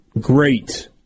great